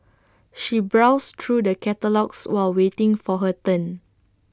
she browsed through the catalogues while waiting for her turn